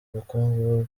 ubukungu